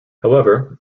however